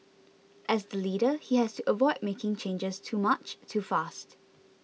as the leader he has to avoid making changes too much too fast